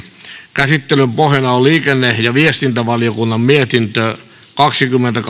käsittelyn pohjana on liikenne ja viestintävaliokunnan mietintö kaksikymmentä